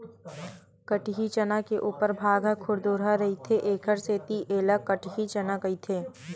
कटही चना के उपर भाग ह खुरदुरहा रहिथे एखर सेती ऐला कटही चना कहिथे